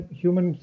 human